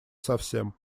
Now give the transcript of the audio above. совсем